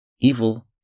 evil